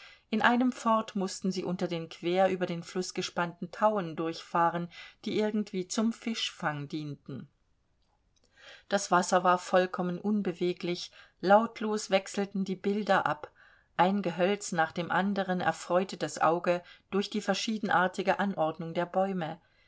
in einemfort mußten sie unter den quer über den fluß gespannten tauen durchfahren die irgendwie zum fischfang dienten das wasser war vollkommen unbeweglich lautlos wechselten die bilder ab ein gehölz nach dem anderen erfreute das auge durch die verschiedenartige anordnung der bäume